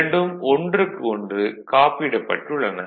இரண்டும் ஒன்றுக்கு ஒன்று காப்பிடப்பட்டுள்ளன